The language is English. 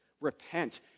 Repent